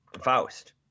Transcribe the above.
Faust